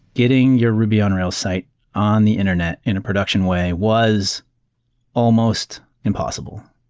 getting your ruby on rails site on the internet in a production way was almost impossible.